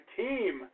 team